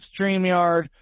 StreamYard